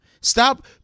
Stop